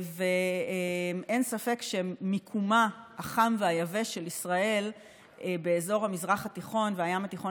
ואין ספק שמקומה החם והיבש של ישראל באזור המזרח התיכון והים התיכון